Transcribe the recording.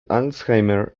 alzheimer